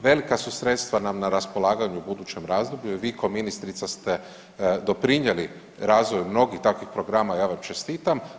Velika su sredstva nam na raspolaganju u budućem razdoblju jer vi ko ministrica ste doprinijeli razvoju mnogih takvih programa i ja vam čestitam.